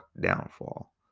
downfall